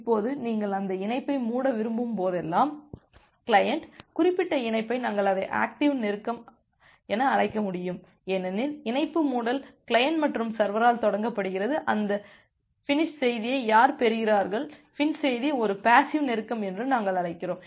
இப்போது நீங்கள் அந்த இணைப்பை மூட விரும்பும் போதெல்லாம் கிளையன்ட் குறிப்பிட்ட இணைப்பை நாங்கள் அதை ஆக்டிவ் நெருக்கம் அழைக்க முடியும் ஏனெனில் இணைப்பு மூடல் கிளையன்ட் மற்றும் சர்வரால் தொடங்கப்படுகிறது அந்த பினிஸ் செய்தியை யார் பெறுகிறார்கள் FIN செய்தி ஒரு பேசிவ் நெருக்கம் என்று நாங்கள் அழைக்கிறோம்